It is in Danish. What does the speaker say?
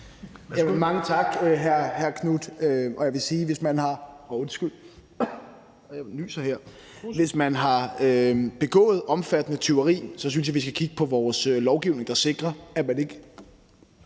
Mange tak, hr. Marcus Knuth. Jeg vil sige, at hvis man har begået omfattende tyveri, så synes jeg, at vi skal kigge på vores lovgivning og på, hvilke